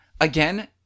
again